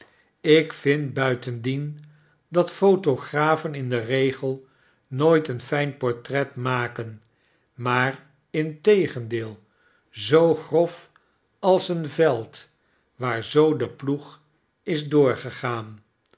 ik vind buitendien dat photografen in den regel nooit een fijnportret maken maar integendeel zoo grof als een veld waar zoo de ploeg is doorgegaan